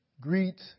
Greet